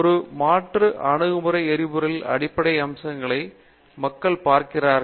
ஒரு மாற்று அணுகுமுறை எரிபொருளின் அடிப்படை அம்சங்களை மக்கள் பார்க்கிறார்கள்